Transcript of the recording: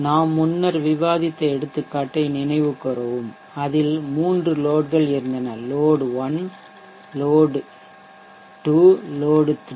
நாம் முன்னர் விவாதித்த எடுத்துக்காட்டை நினைவுகூரவும் அதில் மூன்று லோட்கள் இருந்தனலோட்1லோட்2லோட்3